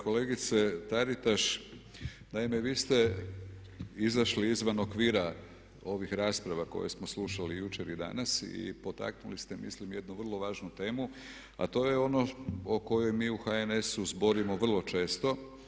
Kolegice Taritaš, naime vi ste izašli izvan okvira ovih rasprava koje smo slušali jučer i danas i potaknuli ste mislim jednu vrlo važnu temu, a to je ono o kojoj mi u HNS-u zborimo vrlo često.